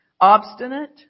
obstinate